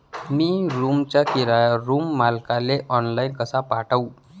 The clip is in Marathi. मी रूमचा किराया रूम मालकाले ऑनलाईन कसा पाठवू?